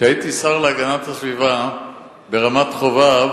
כשהייתי השר להגנת הסביבה היתה ברמת-חובב